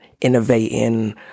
innovating